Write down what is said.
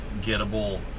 gettable